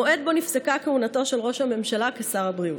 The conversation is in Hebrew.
המועד שבו נפסקה כהונתו של ראש הממשלה כשר הבריאות.